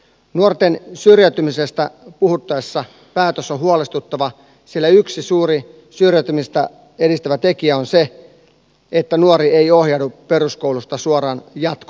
nuorten syrjäytymisestä puhuttaessa päätös on huolestuttava sillä yksi suuri syrjäytymistä edistävä tekijä on se että nuori ei ohjaudu peruskoulusta suoraan jatko opintoihin